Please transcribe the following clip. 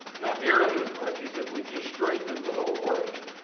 not nearly as much as if weve just strengthened the whole organism.